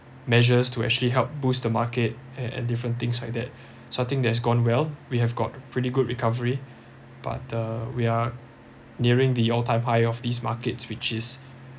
measures to actually help boost the market and and different things like that so I think that has gone well we have got pretty good recovery but uh we are nearing the all time high of these markets which is